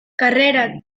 carrera